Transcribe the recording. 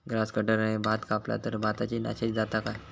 Grass कटराने भात कपला तर भाताची नाशादी जाता काय?